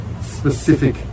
specific